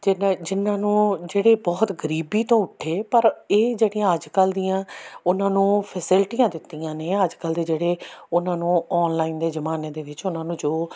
ਜਿਨ੍ਹਾਂ ਜਿਨ੍ਹਾਂ ਨੂੰ ਜਿਹੜੇ ਬਹੁਤ ਗਰੀਬੀ ਤੋਂ ਉੱਠੇ ਪਰ ਇਹ ਜਿਹੜੀਆਂ ਅੱਜ ਕੱਲ੍ਹ ਦੀਆਂ ਉਹਨਾਂ ਨੂੰ ਫੈਸਿਲਿਟੀਆਂ ਦਿੱਤੀਆਂ ਨੇ ਅੱਜ ਕੱਲ੍ਹ ਦੇ ਜਿਹੜੇ ਉਹਨਾਂ ਨੂੰ ਔਨਲਾਈਨ ਦੇ ਜ਼ਮਾਨੇ ਦੇ ਵਿੱਚ ਉਹਨਾਂ ਨੂੰ ਜੋ